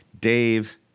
Dave